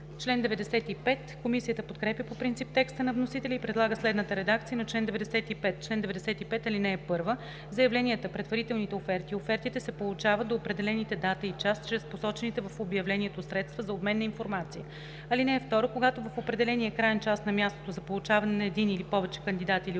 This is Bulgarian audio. ал. 5.“ Комисията подкрепя по принцип текста на вносителя и предлага следната редакция на чл. 95: „Чл. 95. (1) Заявленията, предварителните оферти и офертите се получават до определените дата и час чрез посочените в обявлението средства за обмен на информация. (2) Когато в определения краен час на мястото за получаване има един или повече кандидати или участници,